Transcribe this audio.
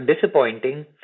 disappointing